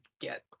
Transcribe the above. get